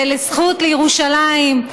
זה לזכות ירושלים,